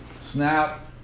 Snap